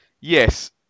yes